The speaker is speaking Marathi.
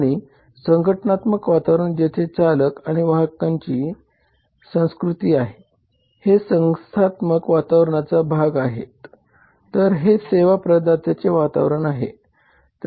आणि संघटनात्मक वातावरण जेथे चालक आणि वाहकांची संस्कृती आहे हे संस्थात्मक वातावरणाचा भाग आहेततर हे सेवा प्रदात्याचे वातावरण आहे